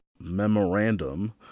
memorandum